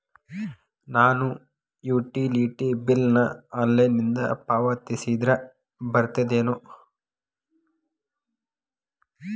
ನಾನು utility bill ನ ಆನ್ಲೈನಿಂದ ಪಾವತಿಸಿದ್ರ ಬರ್ತದೇನು?